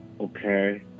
Okay